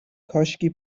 کاشکی